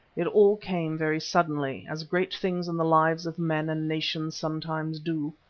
it all came very suddenly, as great things in the lives of men and nations sometimes do.